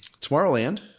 Tomorrowland